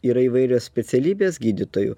yra įvairios specialybės gydytojų